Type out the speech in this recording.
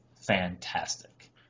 fantastic